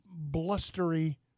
blustery